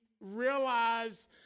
realize